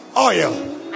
oil